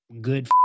good